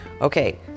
Okay